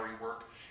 work